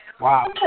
Wow